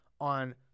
on